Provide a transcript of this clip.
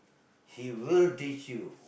he will teach you